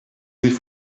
sich